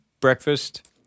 breakfast